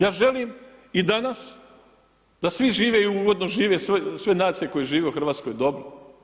Ja želim i danas da svi žive i ugodno žive sve nacije koje žive u Hrvatskoj dobro.